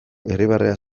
irribarrea